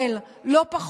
בבקשה, תמשיכי.